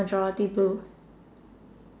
majority blue